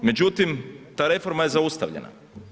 Međutim, ta reforma je zaustavljena.